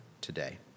today